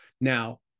Now